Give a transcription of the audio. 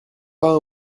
pas